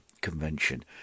convention